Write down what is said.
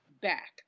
back